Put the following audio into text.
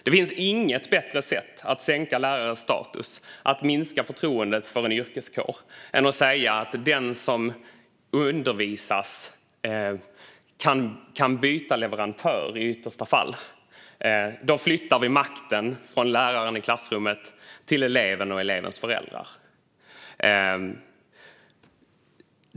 Det finns inget bättre sätt att sänka lärares status och minska förtroendet för lärarkåren än att säga att den som undervisas i yttersta fall kan byta leverantör. Då flyttar vi makten från läraren i klassrummet till eleven och elevens föräldrar.